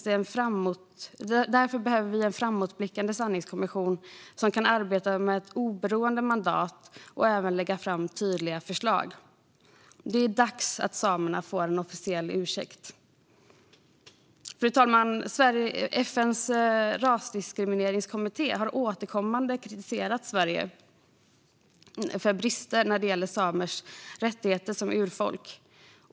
Därför behöver vi en framåtblickande sanningskommission som kan arbeta med ett oberoende mandat och även lägga fram tydliga förslag. Det är dags att samerna får en officiell ursäkt. Fru talman! FN:s rasdiskrimineringskommitté har återkommande kritiserat Sverige för brister när det gäller samers rättigheter som urfolk.